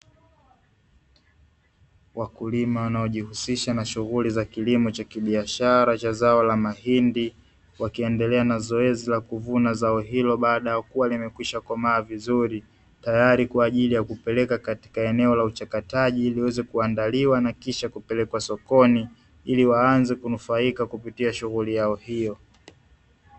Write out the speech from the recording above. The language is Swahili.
Wakulima wanaojihusisha na shughuli za kilimo cha kibiashara cha zao la mahindi wakiendelea na zoezi la kuvuna zao hilo baada ya kuwa yamekwisha komaa vizuri tayari kwa ajili ya kupeleka katika eneo la uchakataji ili yaweze kuandaliwa na kisha kupelekwa sokoni ili waanze kunufaika kupitia shughuli yao hiyo.